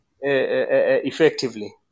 effectively